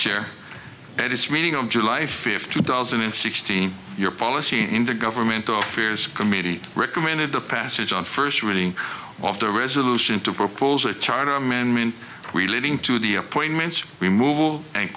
chair at its meeting on july fifth two thousand and sixteen your policy in the government offers committee recommended the passage on first reading of the resolution to propose a charter amendment relating to the appointments we move and